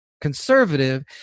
conservative